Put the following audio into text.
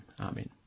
Amen